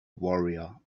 warrior